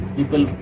People